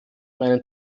meinen